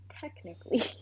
Technically